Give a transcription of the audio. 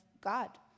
God